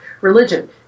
religion